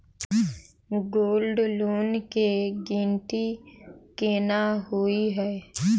Gold loan केँ गिनती केना होइ हय?